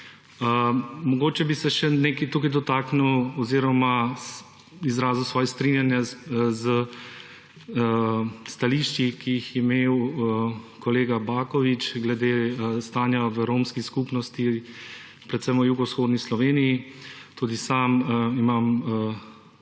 Mogoče bi se tukaj dotaknil oziroma izrazil svoje strinjanje s stališči, ki jih je imel kolega Baković glede stanja v romski skupnosti, predvsem v jugovzhodni Sloveniji. Tudi sam imam